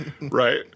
right